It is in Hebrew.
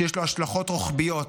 שיש לו השלכות רוחביות